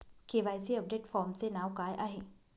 KYC update फॉर्मचे नाव काय आहे?